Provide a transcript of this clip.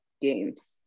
games